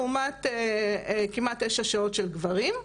לעומת כמעט תשע שעות של גברים,